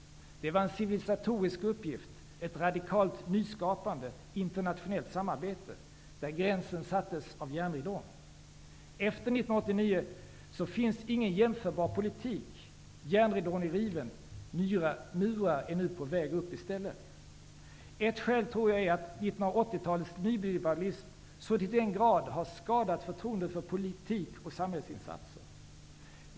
Det var en civilisatorisk uppgift, ett radikalt nyskapande internationellt samarbete, där gränsen sattes av järnridån. Efter 1989 finns ingen jämförbar politik. Järnridån är riven. Nya murar är nu på väg upp i stället. Ett skäl tror jag är att 80-talets nyliberalism så till den grad har skadat förtroendet för politik och samhällsinsatser.